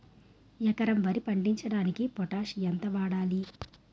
ఎకరం వరి పండించటానికి పొటాష్ ఎంత వాడాలి?